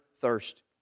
thirst